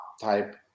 type